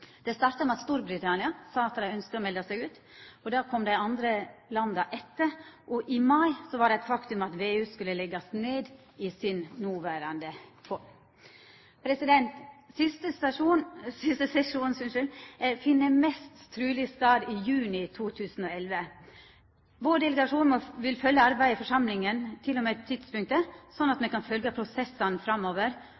Det starta med at Storbritannia sa at dei ønskte å melda seg ut, og da kom dei andre landa etter, og i mai var det eit faktum at VEU skulle leggjast ned i si noverande form. Siste sesjon skjer mest truleg i juni 2011. Vår delegasjon vil følgja arbeidet i forsamlinga til og med det tidspunktet, slik at